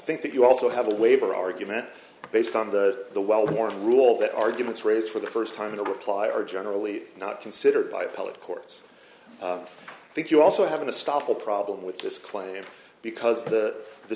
think that you also have a labor argument based on the the well worn rule that arguments raised for the first time in a reply are generally not considered by appellate courts i think you also have to stop a problem with this claim because the the